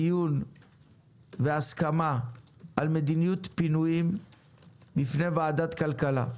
דיון והסכמה על מדיניות פינויים בפני ועדת כלכלה.